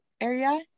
area